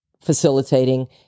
facilitating